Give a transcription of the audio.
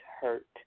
hurt